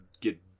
get